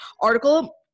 article